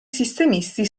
sistemisti